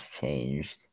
changed